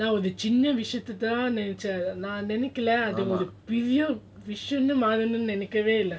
now the சின்னவிஷயம்தான்னுநெனச்சேன்நான்நினைக்கலஅதுஒருபெரியவிஷமமாறும்னுநான்நினைக்கவேஇல்ல:chinna visayamthanu nenachen nan nenaikala adhu oru peria visamaa marumnu nan nenaikave illa